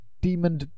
Demon